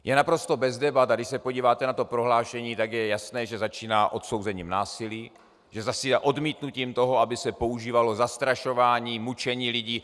Je naprosto bez debat, a když se podíváte na to prohlášení, tak je jasné, že začíná odsouzením násilí, že začíná odmítnutím toho, aby se používalo zastrašování a mučení lidí.